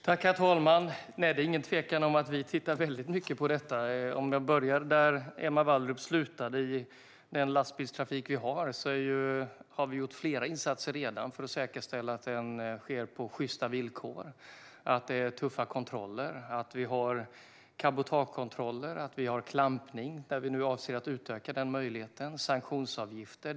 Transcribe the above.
Herr talman! Det är ingen tvekan om att vi tittar väldigt mycket på detta. Jag ska börja där Emma Wallrup slutade, nämligen med den lastbilstrafik som vi har. Vi har redan gjort flera insatser för att säkerställa att den sker på sjysta villkor, nämligen att det är tuffa kontroller, att vi har cabotagekontroller, att vi har klampning - vi avser att utöka denna möjlighet - och att vi har sanktionsavgifter.